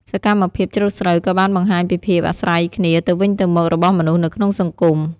សកម្មភាពច្រូតស្រូវក៏បានបង្ហាញពីភាពអាស្រ័យគ្នាទៅវិញទៅមករបស់មនុស្សនៅក្នុងសង្គម។